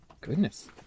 Goodness